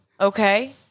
okay